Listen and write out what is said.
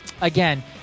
again